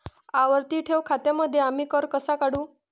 आवर्ती ठेव खात्यांमध्ये आम्ही कर कसा काढू?